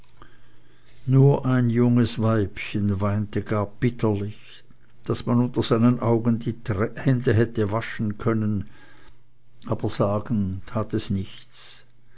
nur ein junges weibchen weinte gar bitterlich daß man unter seinen augen die hände hätte waschen können aber sagen tat es nichts